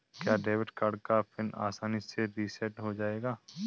क्या debit card का pin आसानी से रीसेट हो जाएगा?